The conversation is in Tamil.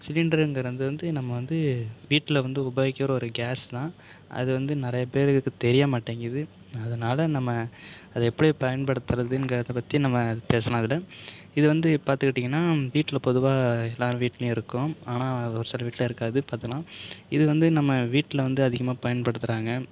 சிலிண்டருங்குறது வந்து நம்ம வந்து வீட்டில் வந்து உபயோகிக்கிற ஒரு கேஸ் தான் அது வந்து நிறைய பேருக்கு தெரிய மாட்டேங்குது அதனால் நம்ம அதை எப்படி பயன்படுத்துறதுங்கிறது பற்றி நம்ம பேசலாம் இதில் இது வந்து பார்த்துகிட்டிங்கன்னா வீட்டில் பொதுவாக எல்லோர் வீட்டிலும் இருக்கும் ஆனால் ஒரு சில வீட்டில் இருக்காது பாத்தோனா இது வந்து நம்ம வீட்டில் வந்து அதிகமாக பயன்படுத்துகிறாங்க